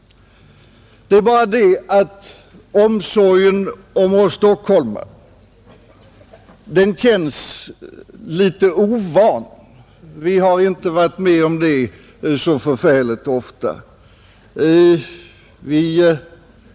Det är bara så att omsorgen om oss stockholmare känns litet ovan. Vi har inte varit med om det så förfärligt ofta.